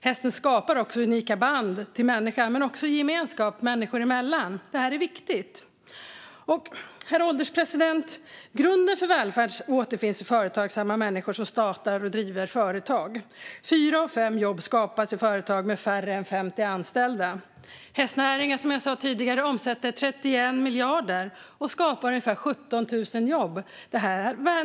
Hästen skapar också unika band till människan men också gemenskap människor emellan. Det här är viktigt. Herr ålderspresident! Grunden för välfärd återfinns i företagsamma människor som startar och driver företag. Fyra av fem jobb skapas i företag med färre än 50 anställda. Hästnäringen omsätter som jag sa tidigare 31 miljarder och skapar ungefär 17 000 jobb.